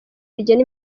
rigena